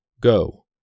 go